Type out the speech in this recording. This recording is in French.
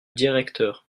directeur